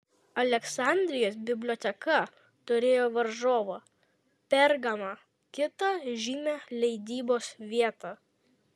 aleksandrijos biblioteka turėjo varžovą pergamą kitą žymią leidybos vietą